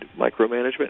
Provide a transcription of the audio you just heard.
micromanagement